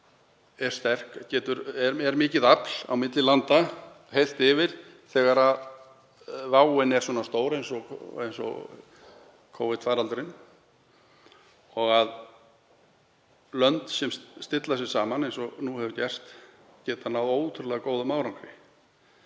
er mikið afl á milli landa heilt yfir þegar váin er svona stór eins og Covid-faraldurinn og að lönd sem stilla sig saman, eins og nú hefur gerst, geta náð ótrúlega góðum árangri.